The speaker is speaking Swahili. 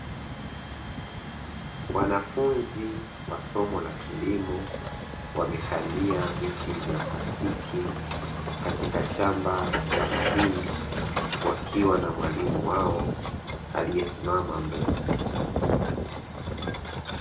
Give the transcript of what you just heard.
Wanafunzi wa somo la kilimo, wamekalia viti vya plastiki katika shamba la mahindi wakiwa na mwalimu wao aliyesimama mbele.